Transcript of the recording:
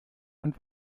und